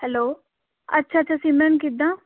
hello ਅੱਛਾ ਅੱਛਾ ਸਿਮਰਨ ਕਿੱਦਾਂ